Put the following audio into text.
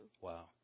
Wow